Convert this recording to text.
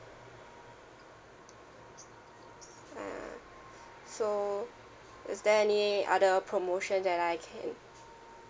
ah so is there any other promotion that I can